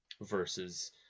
versus